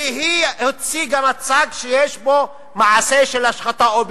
כי היא הציגה מצג שיש בו מעשה של השחתה או ביזוי.